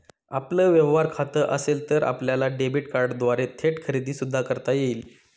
आपलं व्यवहार खातं असेल तर आपल्याला डेबिट कार्डद्वारे थेट खरेदी सुद्धा करता येईल